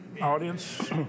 audience